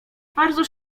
bardzo